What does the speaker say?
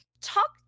Talk